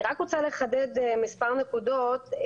אני רק רוצה לחדד מספר נקודות.